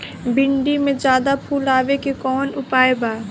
भिन्डी में ज्यादा फुल आवे के कौन उपाय बा?